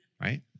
right